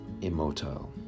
immotile